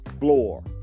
floor